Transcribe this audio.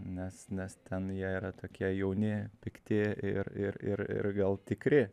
nes nes ten jie yra tokie jauni pikti ir ir ir ir gal tikri